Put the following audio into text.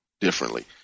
Differently